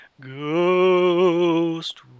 ghost